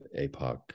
APOC